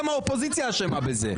גם האופוזיציה אשמה בזה.